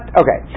okay